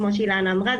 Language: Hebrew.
כמו שאילנה אמרה,